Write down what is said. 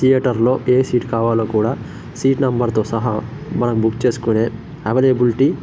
థియేటర్లో ఏ సీటు కావాలో కూడా సీట్ నెంబర్తో సహా మనం బుక్ చేసుకొనే అవైలీబిలిటీ